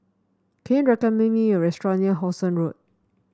can you recommend me a restaurant near How Sun Road